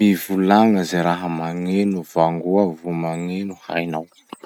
Mivolagna ze raha magneno vangoa vô magneno hainao.